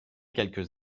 quelques